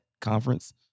conference